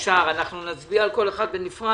אנחנו נצביע על כל פנייה בנפרד,